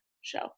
show